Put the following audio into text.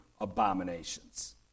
abominations